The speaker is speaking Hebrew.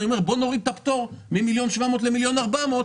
בואי נוריד את הפטור מ-1.7 מיליון ל-1.4 מיליון,